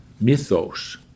mythos